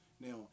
Now